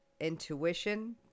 intuition